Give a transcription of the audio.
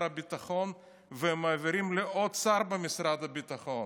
הביטחון ומעבירים לעוד שר במשרד הביטחון,